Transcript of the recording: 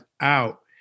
out